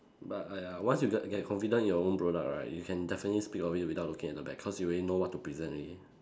but !aiya! once you get get confident in your own product right you can definitely speak of it without looking at the back cause you already know what to present already